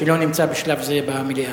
שלא נמצא בשלב זה במליאה.